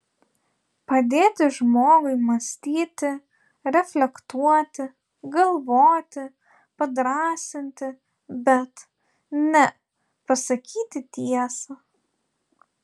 padėti žmogui mąstyti reflektuoti galvoti padrąsinti bet ne pasakyti tiesą